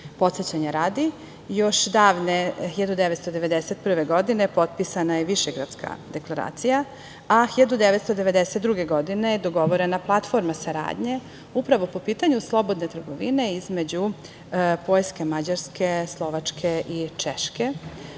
CEFTA.Podsećanja radi, još davne 1991. godine potpisana je Višegradska deklaracija, a 1992. godine je dogovorena Platforma saradnje upravo po pitanju slobodne trgovine između Poljske, Mađarske, Slovačke i Češke. Vođene